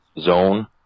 zone